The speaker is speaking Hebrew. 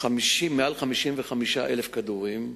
מעל 55,000 כדורים,